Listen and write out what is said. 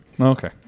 Okay